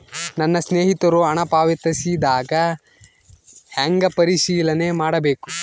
ನನ್ನ ಸ್ನೇಹಿತರು ಹಣ ಪಾವತಿಸಿದಾಗ ಹೆಂಗ ಪರಿಶೇಲನೆ ಮಾಡಬೇಕು?